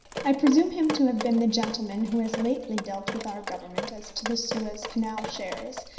i presume him to have been the gentleman who has lately dealt with our government as to the suez canal shares,